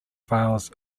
files